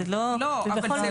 לא, אז אני אבהיר.